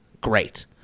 Great